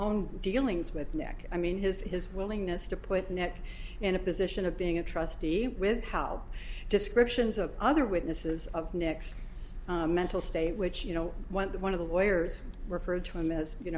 own dealings with nick i mean his his willingness to put neck in a position of being a trustee with how descriptions of other witnesses of next mental state which you know one of the lawyers referred to him as you